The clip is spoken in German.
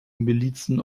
milizen